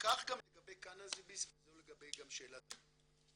כך גם לגבי קנאביס וזה גם לגבי שאלת המינון.